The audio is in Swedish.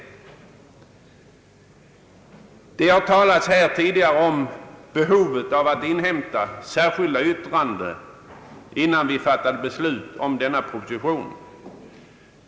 Det har här tidigare talats om behovet av att inhämta särskilda yttranden innan vi fattade beslut om denna proposition.